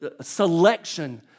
selection